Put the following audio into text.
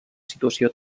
situació